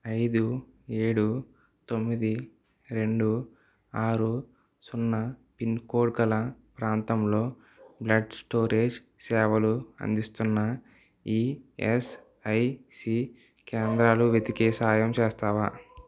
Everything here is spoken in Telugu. ఐదు ఏడు తొమ్మిది రెండు ఆరు సున్నా పిన్కోడ్ గల ప్రాంతంలో బ్లడ్ స్టోరేజ్ సేవలు అందిస్తున్న ఈఎస్ఐసి కేంద్రాలు వెతికే సాయం చేస్తావా